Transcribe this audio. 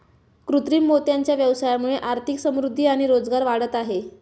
कृत्रिम मोत्यांच्या व्यवसायामुळे आर्थिक समृद्धि आणि रोजगार वाढत आहे